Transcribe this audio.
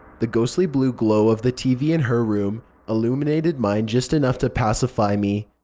the ghostly blue glow of the tv in her room illuminated mine just enough to pacify me,